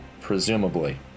Presumably